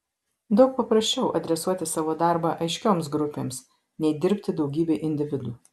daug paprasčiau adresuoti savo darbą aiškioms grupėms nei dirbti daugybei individų